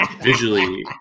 Visually